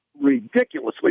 ridiculously